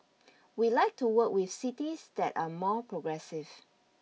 we like to work with cities that are more progressive